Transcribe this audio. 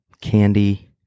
candy